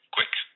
quick